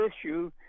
issue